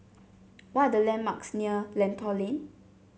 what are the landmarks near Lentor Lane